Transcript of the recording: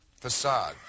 facade